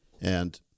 And-